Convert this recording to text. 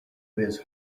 his